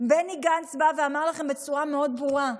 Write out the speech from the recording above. בני גנץ בא ואמר לכם בצורה מאוד ברורה: